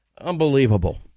unbelievable